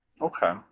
Okay